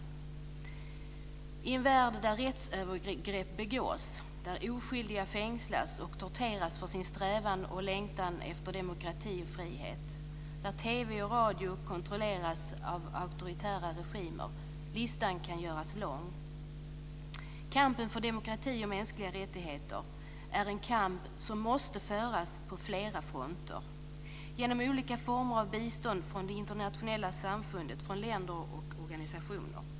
Det är en värld där rättsövergrepp begås, där oskyldiga fängslas och torteras för sin strävan och längtan efter demokrati och frihet. Det är en värld där TV och radio kontrolleras av auktoritära regimer. Listan kan göras lång. Kampen för demokrati och mänskliga rättigheter är en kamp som måste föras på flera fronter genom olika former av bistånd från det internationella samfundet, från länder och organisationer.